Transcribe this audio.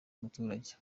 umuturage